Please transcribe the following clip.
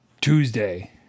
Tuesday